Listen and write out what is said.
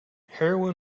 heroin